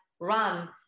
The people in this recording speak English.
run